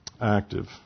active